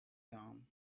gum